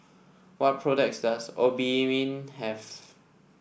what products does Obimin have